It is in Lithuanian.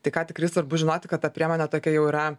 tai ką tikrai svarbu žinoti kad ta priemonė tokia jau yra